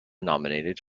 nominated